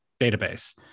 database